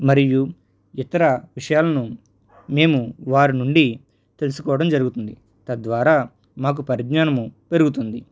మరియు ఇతర విషయాలను మేము వారి నుండి తెలుసుకోవడం జరుగుతుంది తద్వారా మాకు పరిజ్ఞానం పెరుగుతుంది